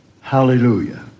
Hallelujah